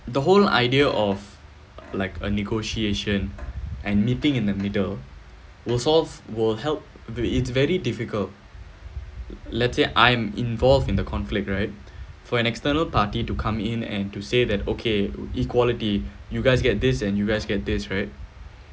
the whole idea of like a negotiation and meeting in the middle will solve will help it's very difficult let's say I'm involved in the conflict right for an external party to come in and to say that okay equality you guys get this and you guys get this right